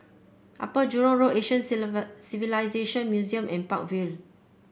Upper Jurong Road Asian Civilisation Museum and Park Vale